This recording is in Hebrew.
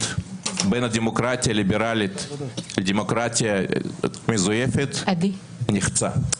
בין דמוקרטיה ליברלית לדמוקרטיה מזויפת נחצה.